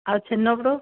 ଆଉ ଛେନାପୋଡ଼